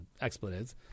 expletives